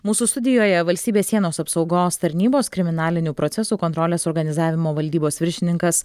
mūsų studijoje valstybės sienos apsaugos tarnybos kriminalinių procesų kontrolės organizavimo valdybos viršininkas